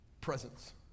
Presence